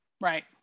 right